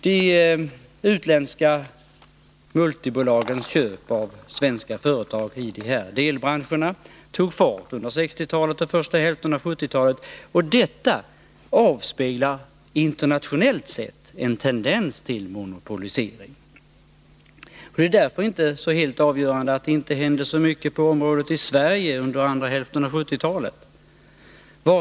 De utländska multibolagens köp av svenska företag i de här delbranscherna tog fart under 1960-talet och första hälften av 1970-talet, och det avspeglar internationellt sett en tendens till monopolisering. Det är därför inte helt avgörande att det inte hände så mycket på området i Sverige under andra hälften av 1970-talet.